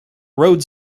road